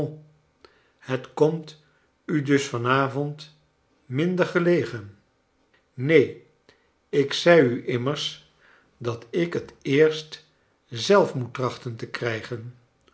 het komt u dus van avond minder gelegen neen ik zei u immers dat ik het eerst zelf moet trachten te krijgen